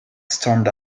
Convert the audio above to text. stormed